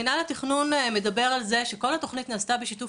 מנהל התכנון מדבר על זדה שכל התוכנית נעשתה בשיתוף